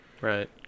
Right